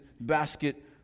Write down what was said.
basket